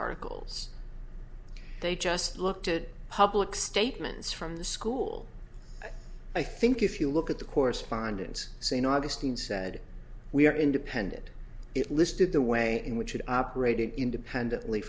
articles they just looked at public statements from the school i think if you look at the correspondence so you know augustine said we are independent it listed the way in which it operated independently